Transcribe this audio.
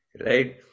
Right